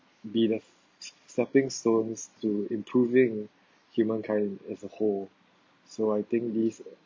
be the stepping stones to improving humankind as a whole so I think these are